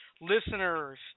listeners